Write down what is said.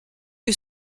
que